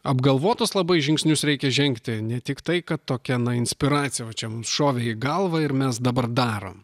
apgalvotus labai žingsnius reikia žengti ne tiktai kad tokia inspiracija va čia mums šovė į galvą ir mes dabar darom